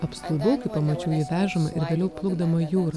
apstulbau kai pamačiau jį vežamą ir vėliau plukdomą jūra